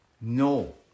No